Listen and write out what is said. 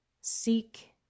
seek